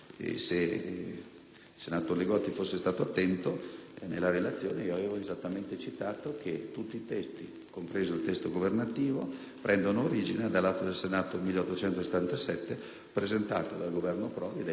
nella relazione avevo esattamente citato che tutti i testi, compreso quello governativo, prendono origine dall'atto Senato n. 1877, presentato dal Governo Prodi e dai Ministri competenti di quel Governo. Noi possiamo dire,